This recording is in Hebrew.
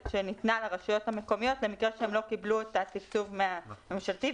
שניתנה לרשויות המקומיות למקרה שהן לא קיבלו את התקצוב הממשלתי,